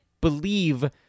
believe